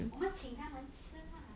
我们请他们吃 lah